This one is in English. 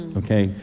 okay